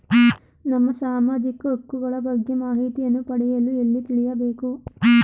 ನಮ್ಮ ಸಾಮಾಜಿಕ ಹಕ್ಕುಗಳ ಬಗ್ಗೆ ಮಾಹಿತಿಯನ್ನು ಪಡೆಯಲು ಎಲ್ಲಿ ತಿಳಿಯಬೇಕು?